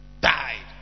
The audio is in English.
died